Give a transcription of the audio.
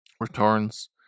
returns